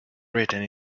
written